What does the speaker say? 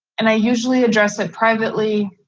and i usually address it privately.